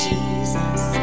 Jesus